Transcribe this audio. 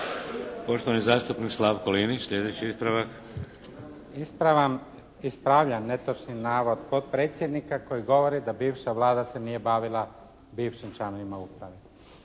Poštovani zastupnik Slavko Linić slijedeći ispravak. **Linić, Slavko (SDP)** Ispravljam netočni navod potpredsjednika koji govori da bivša Vlada se nije bavila bivšim članovima uprave.